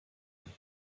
ein